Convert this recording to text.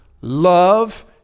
love